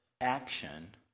action